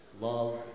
love